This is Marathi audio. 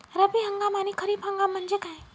रब्बी हंगाम आणि खरीप हंगाम म्हणजे काय?